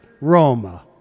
Roma